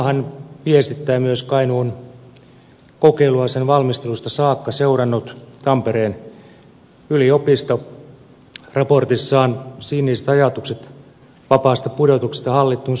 samaahan viestittää kainuun kokeilua sen valmistelusta saakka seurannut tampereen yliopisto raportissaan siniset ajatukset vapaasta pudotuksesta hallittuun sopeuttamiseen